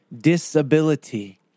disability